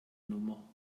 nummer